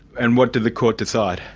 and what did the court decide?